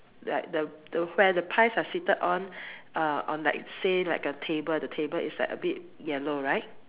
like the the where the pies are seated on err on like say like a table the table is like a bit yellow right